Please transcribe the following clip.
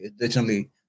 Additionally